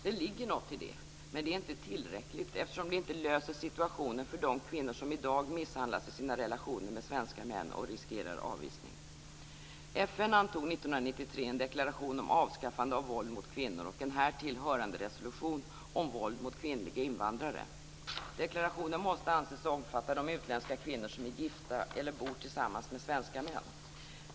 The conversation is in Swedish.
Det ligger något i detta men det är inte tillräckligt eftersom det inte löser situationen för de kvinnor som i dag misshandlas i sina relationer med svenska män och riskerar avvisning. FN antog 1993 en deklaration om avskaffande av våld mot kvinnor och en härtill hörande resolution om våld mot kvinnliga invandrare. Deklarationen måste anses omfatta de utländska kvinnor som är gifta eller som bor tillsammans med svenska män.